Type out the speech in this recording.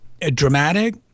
dramatic